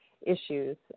issues